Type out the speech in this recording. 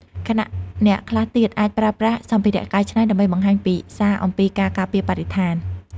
ខណៈអ្នកខ្លះទៀតអាចប្រើប្រាស់សម្ភារៈកែច្នៃដើម្បីបង្ហាញពីសារអំពីការការពារបរិស្ថាន។